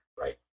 right